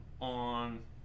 on